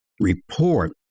report